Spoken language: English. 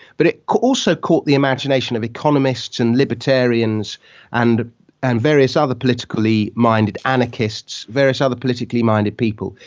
but it also caught the imagination of economists and libertarians and and various other politically minded anarchists, various other politically minded people,